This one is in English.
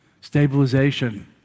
stabilization